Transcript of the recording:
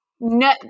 No